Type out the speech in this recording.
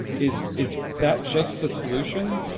is is that just the solution?